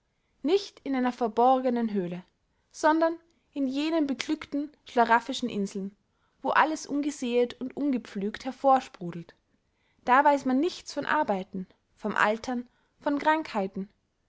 nicht in einer verborgenen höle sondern in jenen beglückten schlarafischen inseln wo alles ungesäet und unbepflügt hervor sprudelt da weiß man nichts von arbeiten vom altern von krankheiten